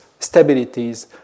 stabilities